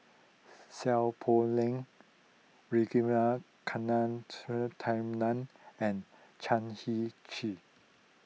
Seow Poh Leng Ragunathar Kanagasuntheram and Chan Heng Chee